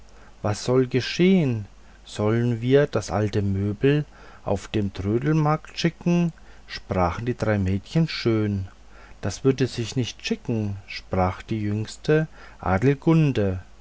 was soll geschehn soll'n wir das alte möbel auf den trödlermarkt schicken sprachen die drei mädchen schön das würde sich nicht schicken sprach die jüngste